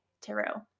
Tarot